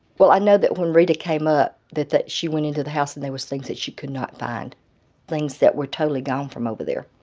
well, i know that when reta came up that that she went into the house and there was things that she could not find things that were totally gone from over there